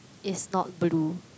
is not blue